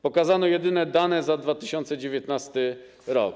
Pokazano jedynie dane za 2019 r.